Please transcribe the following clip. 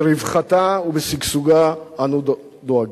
לרווחתה ושגשוגה אנו דואגים.